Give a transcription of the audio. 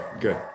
good